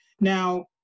Now